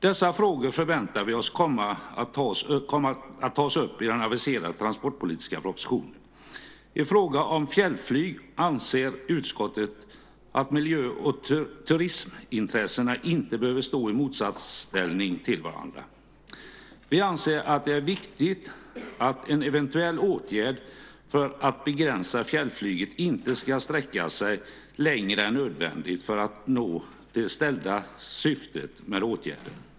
Dessa frågor förväntar vi oss kommer att tas upp i den aviserade transportpolitiska propositionen. I fråga om fjällflyg anser utskottet att miljö och turismintressena inte behöver stå i motsatsställning till varandra. Vi anser att det är viktigt att en eventuell åtgärd för att begränsa fjällflyget inte ska sträcka sig längre än nödvändigt för att nå det fastställda syftet med åtgärden.